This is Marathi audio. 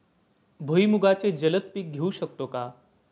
भुईमुगाचे जलद पीक घेऊ शकतो का?